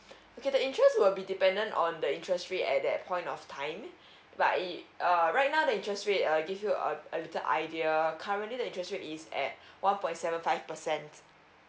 okay the interest will be dependent on the interest rate at that point of time but it err right now the interest uh give you a a little idea currently the interest rate is at one point seven five percent